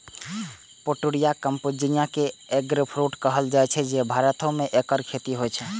Pouteria campechiana कें eggfruit कहल जाइ छै, आ भारतो मे एकर खेती होइ छै